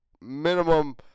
minimum